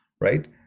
right